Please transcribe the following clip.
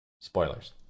Spoilers